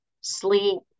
sleep